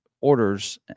orders